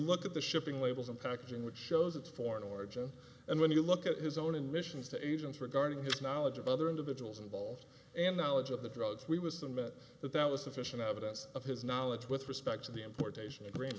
look at the shipping labels and packaging which shows its foreign origin and when you look at his own admissions to agents regarding his knowledge of other individuals involved and knowledge of the drugs we was the minute that that was sufficient evidence of his knowledge with respect to the importation agr